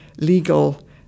legal